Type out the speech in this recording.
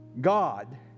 God